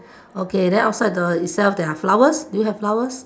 okay then outside the itself there are flowers do you have flowers